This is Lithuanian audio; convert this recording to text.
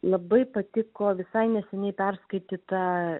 labai patiko visai neseniai perskaityta